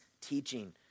teaching